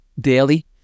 daily